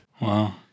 Wow